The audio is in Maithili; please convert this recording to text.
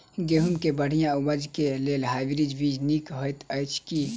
गेंहूँ केँ बढ़िया उपज केँ लेल हाइब्रिड बीज नीक हएत अछि की?